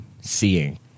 seeing